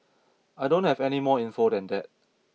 I don't have any more info than that